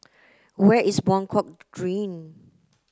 where is Buangkok